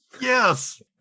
Yes